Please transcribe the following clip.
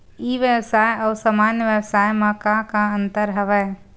ई व्यवसाय आऊ सामान्य व्यवसाय म का का अंतर हवय?